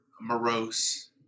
morose